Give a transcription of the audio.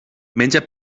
menja